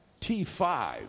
T5